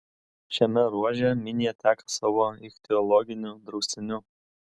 šiame ruože minija teka savo ichtiologiniu draustiniu